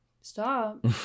stop